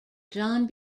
john